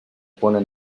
pone